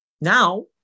Now